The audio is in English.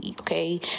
okay